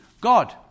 God